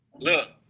Look